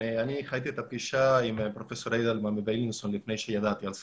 אני הייתי בפגישה עם פרופסור אידלמן בבילינסון לפני שידעתי על זה.